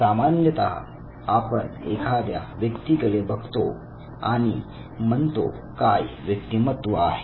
सामान्यतः आपण एखाद्या व्यक्तीकडे बघतो आणि म्हणतो काय व्यक्तिमत्त्व आहे